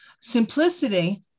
Simplicity